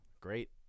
Great